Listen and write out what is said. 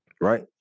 Right